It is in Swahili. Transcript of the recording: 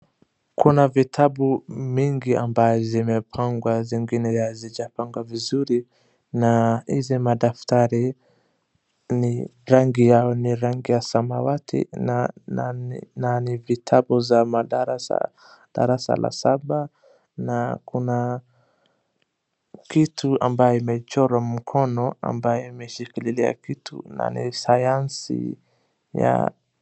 Kuna vitabu mingi ambaye zimepangwa zingine hazijapangwa vizuri na hizi madaftari rangi yao ni rangi ya samawati na ni vitabu za darasa la saba na kuna kitu ambayo imechorwa mkono ambaye imeshikilia kitu na ni sayansi ya.